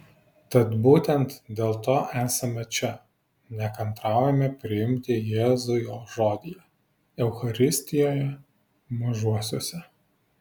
tad būtent dėl to esame čia nekantraujame priimti jėzų jo žodyje eucharistijoje mažuosiuose